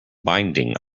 binding